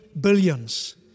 billions